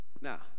now